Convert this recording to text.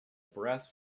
brass